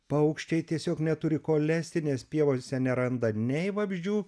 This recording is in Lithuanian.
paukščiai tiesiog neturi ko leisti nes pievose neranda nei vabzdžių